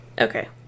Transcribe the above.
okay